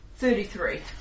Thirty-three